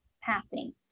passing